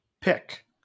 pick